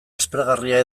aspergarria